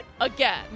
again